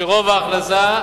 שרוב ההכנסה,